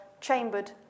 chambered